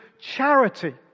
charity